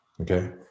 okay